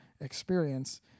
experience